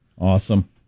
Awesome